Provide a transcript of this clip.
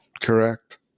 Correct